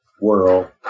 world